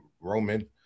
Roman